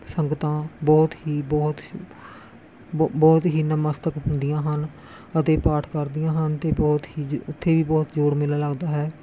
ਸੰਗਤਾਂ ਬਹੁਤ ਹੀ ਬਹੁਤ ਬਹੁ ਬਹੁਤ ਹੀ ਨਮਸਤਕ ਹੁੰਦੀਆਂ ਹਨ ਅਤੇ ਪਾਠ ਕਰਦੀਆਂ ਹਨ ਅਤੇ ਬਹੁਤ ਹੀ ਜ ਉੱਥੇ ਵੀ ਬਹੁਤ ਜੋੜ ਮੇਲਾ ਲੱਗਦਾ ਹੈ